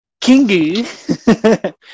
Kingi